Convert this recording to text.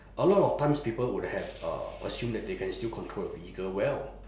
a lot of times people would have uh assume that they can still control a vehicle well